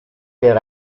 per